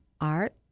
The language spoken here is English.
Art